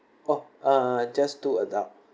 oh uh just two adult